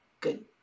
good